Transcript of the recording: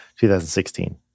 2016